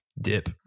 Dip